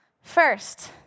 First